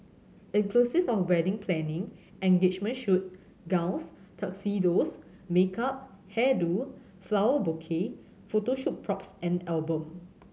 inclusive of wedding planning engagement shoot gowns tuxedos makeup hair do flower bouquet photo shoot props and album